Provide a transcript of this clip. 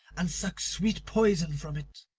and suck sweet poison from it.